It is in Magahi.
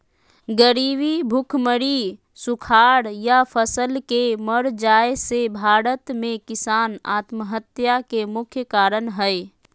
गरीबी, भुखमरी, सुखाड़ या फसल के मर जाय से भारत में किसान आत्महत्या के मुख्य कारण हय